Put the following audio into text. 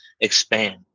expand